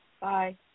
Bye